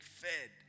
fed